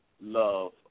love